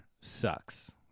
sucks